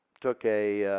took a